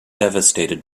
devastated